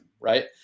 Right